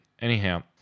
anyhow